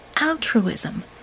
altruism